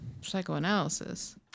psychoanalysis